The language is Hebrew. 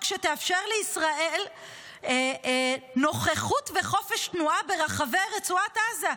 שתאפשר לישראל נוכחות וחופש תנועה ברחבי רצועת עזה.